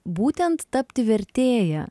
būtent tapti vertėja